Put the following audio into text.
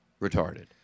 retarded